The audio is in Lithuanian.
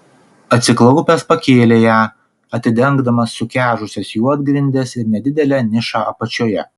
atsiklaupęs pakėlė ją atidengdamas sukežusias juodgrindes ir nedidelę nišą apačioje